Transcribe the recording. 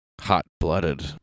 Hot-blooded